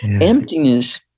Emptiness